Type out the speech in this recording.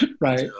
Right